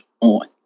on